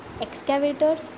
excavators